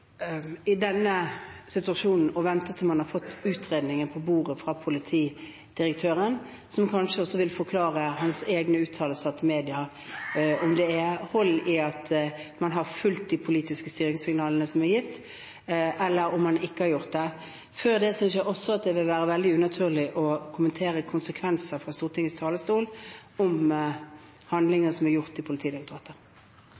i denne situasjonen er lurest å vente til man har fått utredningen fra politidirektøren på bordet, som kanskje også vil forklare hans egne uttalelser til media om hvorvidt det er hold i påstandene om at man har fulgt de politiske styringssignalene som er gitt, eller ikke. Før det synes jeg det vil være veldig unaturlig å kommentere, fra Stortingets talerstol, spørsmål om